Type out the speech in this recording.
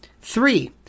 Three